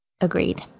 agreed